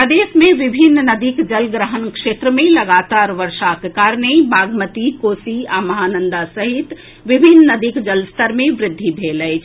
प्रदेश मे विभिन्न नदीक जलग्रहण क्षेत्र मे लगातार वर्षाक कारणे बागमती कोसी आ महानंदा सहित विभिन्न नदीक जलस्तर मे वृद्धि भेल अछि